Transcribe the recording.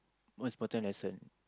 msot important lesson